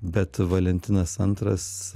bet valentinas antras